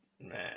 man